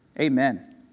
Amen